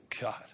God